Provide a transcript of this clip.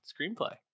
screenplay